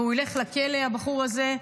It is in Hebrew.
והוא ילך לכלא, הבחור הזה,